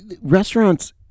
restaurants